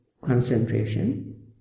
concentration